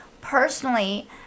personally